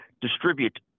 distribute